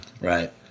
Right